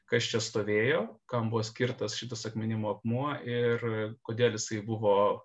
kas čia stovėjo kam buvo skirtas šitas atminimo akmuo ir kodėl jisai buvo